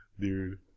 dude